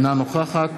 אינה נוכחת